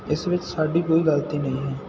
ਇਸ ਵਿੱਚ ਸਾਡੀ ਕੋਈ ਗਲਤੀ ਨਹੀਂ ਹੈ